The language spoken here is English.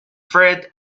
fred